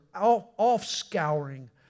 offscouring